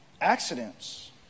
accidents